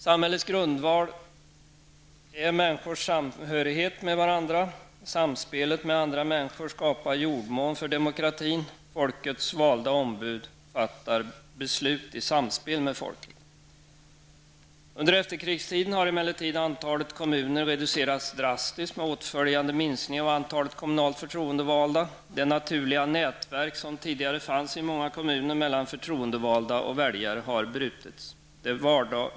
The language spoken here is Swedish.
Samhällets grundval är människors samhörighet med varandra. Samspelet med andra människor skapar jordmån för demokratin. Folkets valda ombud fattar beslut i samspel med folket. Under efterkrigstiden har emellertid antalet kommuner reducerats drastiskt med åtföljande minskning av antalet kommunalt förtroendevalda. Det naturliga nätverk som tidigare fanns i många kommuner mellan förtroendevalda och väljare har brutits.